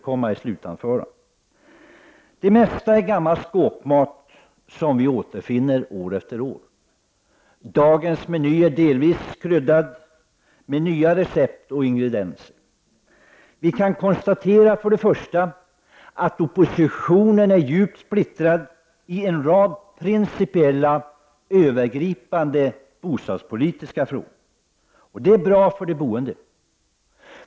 Det mesta är gammal skåpmat som vi återfinner år efter år. Dagens meny är delvis kryddad med nya recept och ingredienser. Vi kan konstatera att oppositionen är djupt splittrad i en rad principiella övergripande bostadspolitiska frågor. Det är bra för de boende.